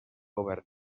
govern